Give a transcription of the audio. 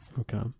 Okay